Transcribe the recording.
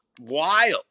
wild